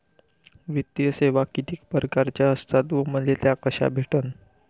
वित्तीय सेवा कितीक परकारच्या असतात व मले त्या कशा भेटन?